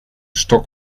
stok